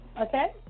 Okay